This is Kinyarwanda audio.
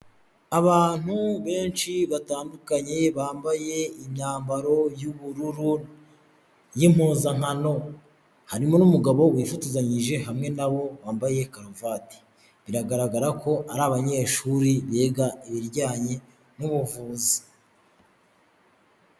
Abantu benshi batandukanye, bambaye imyambaro y'ubururu y'impuzankano, harimo n'umugabo wifozanyije hamwe nabo wambaye karuvati, biragaragara ko ari abanyeshuri biga ibijyanye n'ubuvuzi.